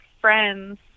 friends